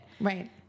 Right